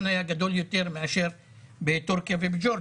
היה גדול יותר מאשר בטורקיה ובגיאורגיה.